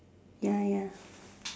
ya ya